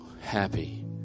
happy